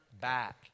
back